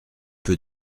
peu